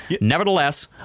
Nevertheless